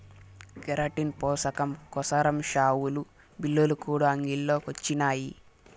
keratin పోసకం కోసరం షావులు, బిల్లులు కూడా అంగిల్లో కొచ్చినాయి